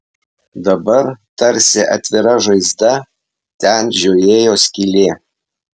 dabar tarsi atvira žaizda ten žiojėjo skylė